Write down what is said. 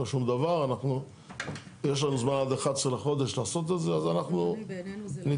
יש לנו זמן עד ה-11 לחודש לעשות את זה אז אנחנו ניתן